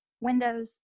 windows